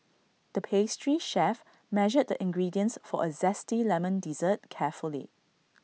the pastry chef measured the ingredients for A Zesty Lemon Dessert carefully